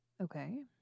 Okay